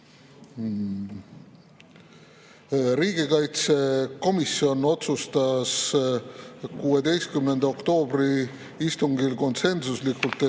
Riigikaitsekomisjon otsustas 16. oktoobri istungil konsensuslikult, et